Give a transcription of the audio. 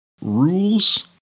Rules